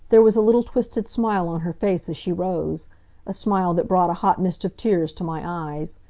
there was a little twisted smile on her face as she rose a smile that brought a hot mist of tears to my eyes.